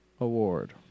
award